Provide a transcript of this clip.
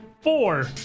four